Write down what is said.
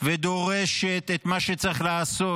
ודורשת את מה שצריך לעשות,